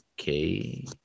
okay